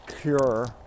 cure